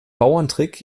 bauerntrick